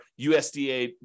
USDA